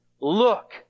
look